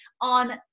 on